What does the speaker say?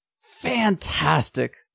fantastic